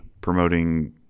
promoting